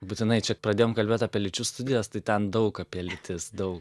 būtinai čia pradėjom kalbėt apie lyčių studijas tai ten daug apie lytis dau